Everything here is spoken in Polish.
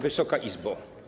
Wysoka Izbo!